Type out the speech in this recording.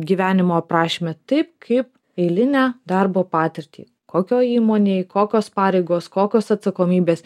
gyvenimo aprašyme taip kaip eilinę darbo patirtį kokioj įmonėj kokios pareigos kokios atsakomybės